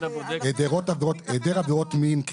היעדר עבירות מין,